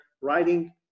writing